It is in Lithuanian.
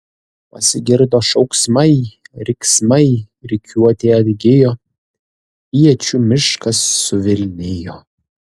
pasigirdo šauksmai riksmai rikiuotė atgijo iečių miškas suvilnijo